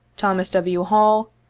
thomas w. hall,